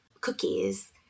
cookies